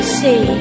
see